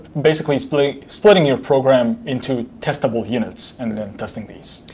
basically splitting splitting your program into testable units and then testing these.